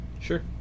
sure